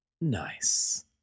Nice